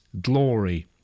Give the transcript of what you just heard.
glory